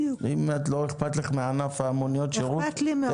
אם לא אכפת לך מענף מוניות השירות -- אכפת לי מאוד.